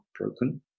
broken